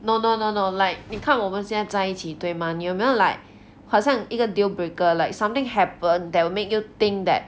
no no no no like 你看我们现在在一起对吗你有没有 like 好像一个 deal breaker like something happen that will make you think that